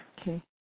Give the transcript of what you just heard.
okay